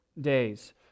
days